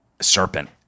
serpent